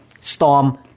storm